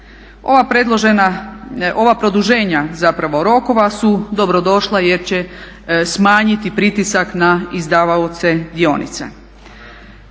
Ova produženja zapravo rokova su dobro došla, jer će smanjiti pritisak na izdavaoce dionica.